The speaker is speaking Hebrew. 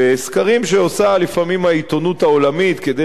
בסקרים שעושה לפעמים העיתונות העולמית כדי